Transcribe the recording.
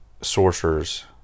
sorcerers